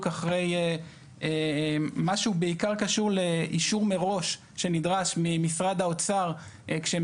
אחרי מה שהוא בעיקר קשור לאישור מראש שנדרש ממשרד האוצר כשהם